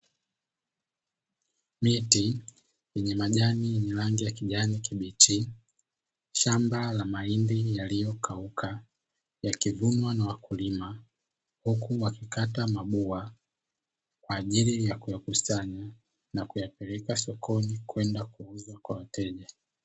Miti yenye majani yenye rangi ya kijani kibichi, shamba la mahindi yaliyokauka yakivunwa na wakulima huku wakikata mabua kwa ajili ya kuyakusanya na kuyapeleka sokoni kwenda kuyauza kwa wateja.